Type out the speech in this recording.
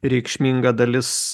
reikšminga dalis